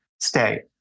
stay